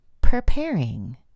preparing